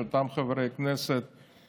אותם חברי כנסת,